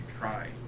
try